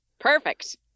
Perfect